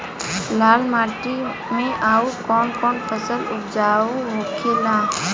लाल माटी मे आउर कौन कौन फसल उपजाऊ होखे ला?